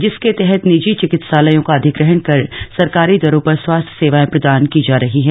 जिसके तहत निजी चिकित्सालयों का अधिग्रहण कर सरकारी दरों पर स्वास्थ्य सेवाएं प्रदान की जा रही है